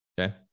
okay